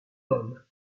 homme